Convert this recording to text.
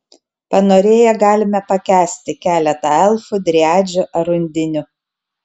panorėję galime pakęsti keletą elfų driadžių ar undinių